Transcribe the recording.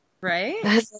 Right